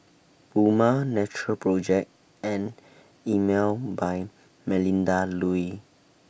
Puma Natural Project and Emel By Melinda Looi